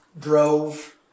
drove